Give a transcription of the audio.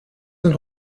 sind